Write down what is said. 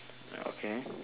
okay